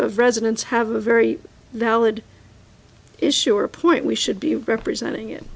of residents have a very valid issue or a point we should be representing